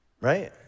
Right